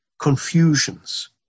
confusions